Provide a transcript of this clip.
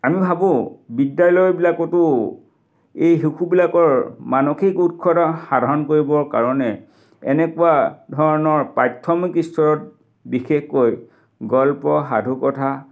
আমি ভাবোঁ বিদ্যালয়বিলাকতো এই শিশুবিলাকৰ মানসিক উৎকৰ্ষ সাধন কৰিবৰ কাৰণে এনেকুৱা ধৰণৰ প্ৰাথমিক স্তৰত বিশেষকৈ গল্প সাধু কথা